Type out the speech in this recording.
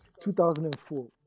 2004